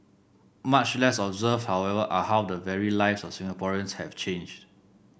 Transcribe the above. much less observed however are how the very lives of Singaporeans have changed